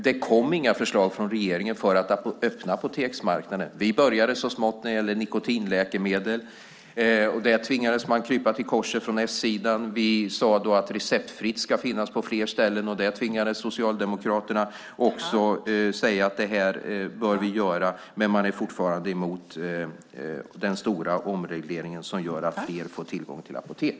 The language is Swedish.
Det kom inga förslag från regeringen om att öppna apoteksmarknaden. Vi började så smått när det gäller nikotinläkemedel. Där tvingades man krypa till korset från S-sidan. Vi sade då att receptfritt ska finnas på fler ställen, och också där tvingades Socialdemokraterna säga att vi bör göra så. Men de är fortfarande emot den stora omreglering som gör att fler får tillgång till apotek.